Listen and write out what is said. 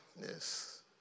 Yes